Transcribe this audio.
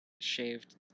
shaved